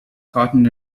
cotton